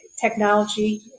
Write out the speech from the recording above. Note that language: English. technology